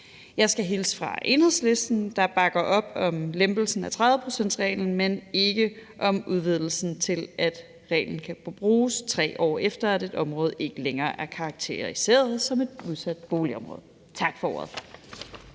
Jeg skal hilse fra Enhedslisten, der bakker op om lempelsen af 30-procentsreglen, men ikke om udvidelsen til, at reglen kan bruges, 3 år efter at et område er karakteriseret som et udsat boligområde. Tak for ordet.